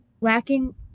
lacking